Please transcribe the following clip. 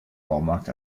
baumarkt